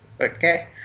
Okay